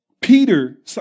Peter